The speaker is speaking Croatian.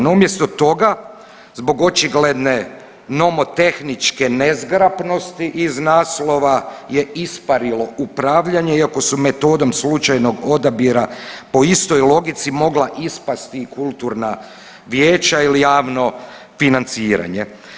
No, umjesto toga zbog očigledne nomotehničke nezgrapnosti iz naslova je isparilo upravljanje iako su metodom slučajnog odabira po istoj logici mogla ispasti i kulturna vijeća ili javno financiranje.